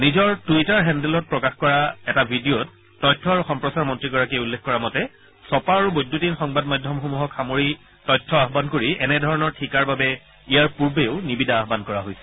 নিজৰ টুইটাৰ হেণ্ডেলত প্ৰকাশ কৰা এটা ভিডিঅত তথ্য আৰু সম্প্ৰচাৰ মন্ত্ৰীগৰাকীয়ে উল্লেখ কৰা মতে ছপা আৰু বৈদ্যুতিন সংবাদ মাধ্যমসমূহক সামৰি তথ্য আহান কৰি এনে ধৰণৰ ঠিকাৰ বাবে ইয়াৰ পূৰ্বেও নিবিদা আহান কৰা হৈছিল